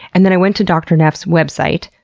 and then i went to dr. neff's website,